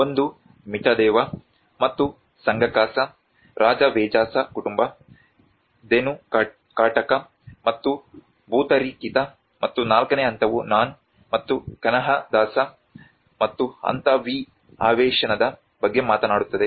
ಒಂದು ಮಿತದೇವ ಮತ್ತು ಸಂಘಕಾಸ ರಾಜವೇಜಾಸ ಕುಟುಂಬ ಧೆನುಕಾಟಕ ಮತ್ತು ಭೂತಾರಿಕಿತಾ ಮತ್ತು ನಾಲ್ಕನೇ ಹಂತವು ನನ್ ಮತ್ತು ಕನ್ಹಾದಾಸ ಮತ್ತು ಹಂತ V ಅವೇಶೇನದ ಬಗ್ಗೆ ಮಾತನಾಡುತ್ತದೆ